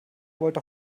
wollte